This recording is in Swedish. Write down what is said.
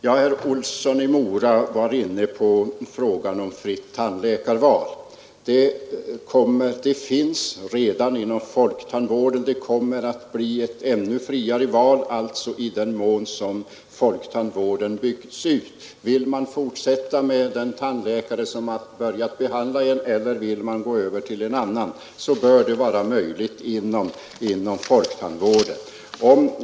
Sedan talade herr Jonsson i Mora om fritt tandläkarval, men det finns - Nr 93 redan ett sådant fritt val inom folktandvården. Och det kommer att bli Måndagen den ännu friare i den mån folktandvården byggs ut. Om man vill fortsätta 2] maj 1973 med att behandlas av den tandläkare som man började få behandingav, LS — är j 5 Rd ak Allmän tandvårdseller om man vill gå över till en annan tandläkare, så bör det vara möjligt na att göra så inom folktandvården. försäkring, m.m.